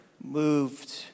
moved